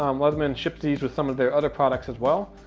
um leatherman shipped these with some of their other products as well.